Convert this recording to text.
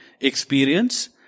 experience